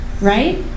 right